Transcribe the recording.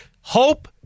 Hope